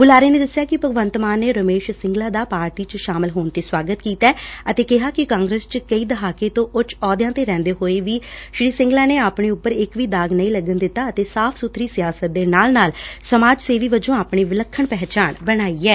ਬੁਲਾਰੇ ਨੇ ਦਸਿਆ ਕਿ ਭਗਵੰਤ ਮਾਨ ਨੇ ਰਮੇਸ਼ ਸਿੰਗਲਾ ਦਾ ਪਾਰਟੀ ਚ ਸ਼ਾਮਲ ਹੋਣ ਤੇ ਸਵਾਗਤ ਕੀਤਾ ਅਤੇ ਕਿਹਾ ਕਿ ਕਾਂਗਰਸ ਚ ਕਈ ਦਹਾਕੇ ਤੋਂ ਉੱਚ ਅਹੁਦਿਆਂ ਤੇ ਰਹਿੰਦੇ ਹੋਏ ਵੀ ਸ੍ਰੀ ਸਿੰਗਲਾ ਨੇ ਆਪਣੇ ਉਪਰ ਇੱਕ ਵੀ ਦਾਗ ਨਹੀਂ ਲੱਗਣ ਦਿੱਤਾ ਅਤੇ ਸਾਫ਼ ਸੁਥਰੀ ਸਿਆਸਤ ਦੇ ਨਾਲ ਨਾਲ ਸਮਾਜ ਸੇਵੀ ਵਜੋਂ ਆਪਣੀ ਵਿਲੱਖਣ ਪਹਿਚਾਣ ਬਣਾਈ ਐ